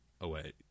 away